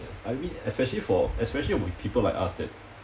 I mean especially for especially with people like us that